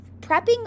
prepping